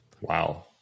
Wow